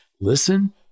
listen